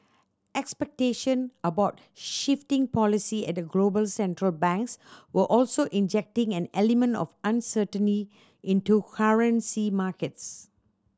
expectation about shifting policy at global Central Banks were also injecting an element of uncertainty into currency markets